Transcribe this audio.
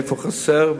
איפה חסר,